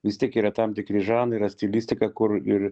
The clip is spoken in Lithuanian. vis tiek yra tam tikri žanrai yra stilistika kur ir